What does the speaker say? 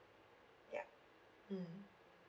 ya mm